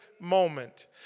moment